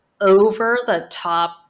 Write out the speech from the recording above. over-the-top